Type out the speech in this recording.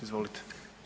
Izvolite.